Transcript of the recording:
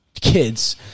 kids